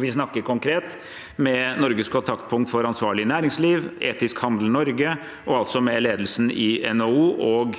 Vi snakker konkret med Norges kontaktpunkt for ansvarlig næringsliv, Etisk handel Norge og med ledelsen i NHO og